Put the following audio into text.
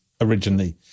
originally